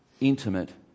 intimate